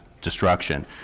Destruction